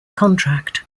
contract